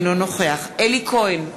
אינו נוכח אלי כהן,